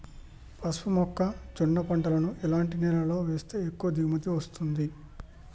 పసుపు మొక్క జొన్న పంటలను ఎలాంటి నేలలో వేస్తే ఎక్కువ దిగుమతి వస్తుంది?